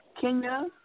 Kenya